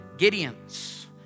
Gideon's